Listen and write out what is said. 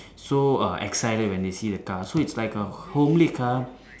so uh excited when they see the car so it's like a homely car